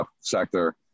sector